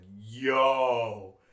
yo